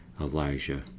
Elijah